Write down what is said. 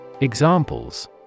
Examples